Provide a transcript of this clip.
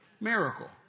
miracle